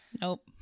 Nope